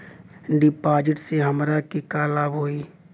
डिपाजिटसे हमरा के का लाभ होई?